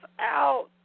out